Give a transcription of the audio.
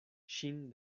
ŝin